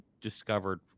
discovered